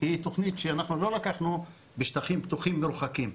היא תכנית שאנחנו לא לקחנו בשטחים פתוחים מורחקים,